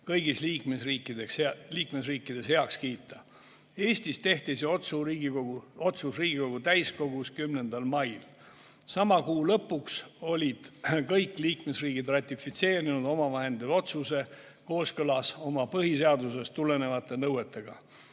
kõigis liikmesriikides heaks kiita. Eestis tehti see otsus Riigikogu täiskogus 10. mail. Sama kuu lõpuks olid kõik liikmesriigid ratifitseerinud oma vahendite otsuse kooskõlas oma põhiseadusest tulenevate nõuetega.